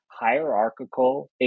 hierarchical